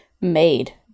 made